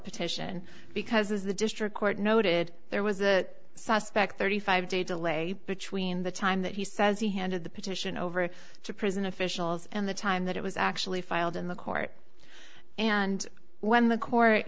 petition because as the district court noted there was a suspect thirty five day delay between the time that he says he handed the petition over to prison officials in the time that it was actually filed in the court and when the court